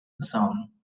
zone